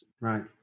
Right